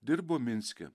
dirbo minske